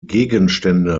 gegenstände